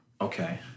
Okay